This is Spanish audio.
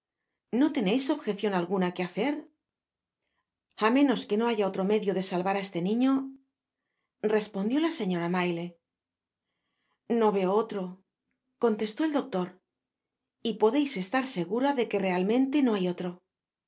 no teneis objecion alguna que hacer a menos que no haya otro medio de salvar á este niño respondió la señora maylie no veo otro contestó el doctor y podeis estar segura de que realmente no hay otro